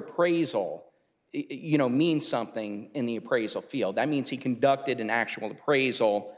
appraisal you know means something in the appraisal field i mean he conducted an actual appraisal